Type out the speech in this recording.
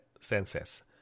senses